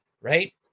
right